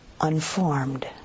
unformed